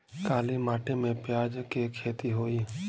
काली माटी में प्याज के खेती होई?